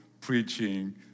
preaching